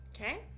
Okay